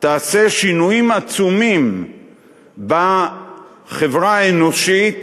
תעשה שינויים עצומים בחברה האנושית,